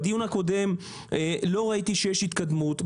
בדיון הקודם לא ראיתי שיש התקדמות.